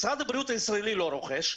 משרד הבריאות הישראלי לא רוכש,